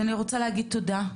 אז אני רוצה להגיד תודה,